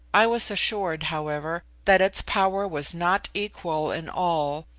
i was assured, however, that its power was not equal in all,